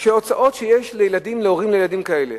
של הוצאות שיש להורים לילדים כאלה,